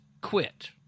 quit